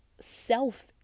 self